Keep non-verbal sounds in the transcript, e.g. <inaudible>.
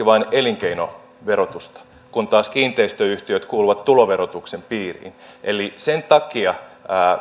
<unintelligible> vain elinkeinoverotusta kun taas kiinteistöyhtiöt kuuluvat tuloverotuksen piiriin eli sen takia